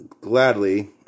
gladly